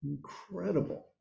Incredible